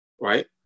right